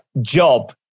job